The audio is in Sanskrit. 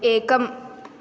एकम्